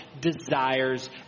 desires